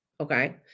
Okay